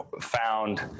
found